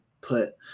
put